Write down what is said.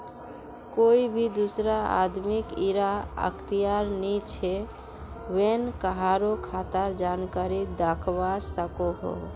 कोए भी दुसरा आदमीक इरा अख्तियार नी छे व्हेन कहारों खातार जानकारी दाखवा सकोह